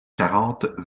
quarante